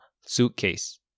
suitcase